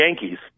Yankees